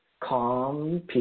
calm